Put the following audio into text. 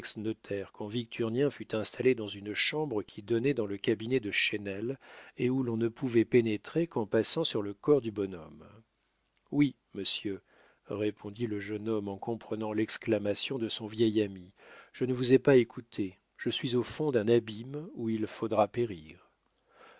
quand victurnien fut installé dans une chambre qui donnait dans le cabinet de chesnel et où l'on ne pouvait pénétrer qu'en passant sur le corps du bonhomme oui monsieur répondit le jeune homme en comprenant l'exclamation de son vieil ami je ne vous ai pas écouté je suis au fond d'un abîme où il faudra périr